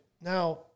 Now